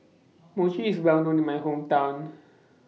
Mochi IS Well known in My Hometown